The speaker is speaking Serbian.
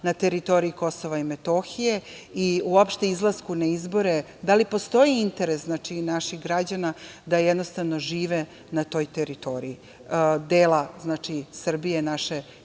na teritoriji Kosova i Metohije i uopšte izlasku na izbore? Da li postoji interes naših građana da jednostavno žive na toj teritoriji dela Srbije, naše južne